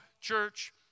church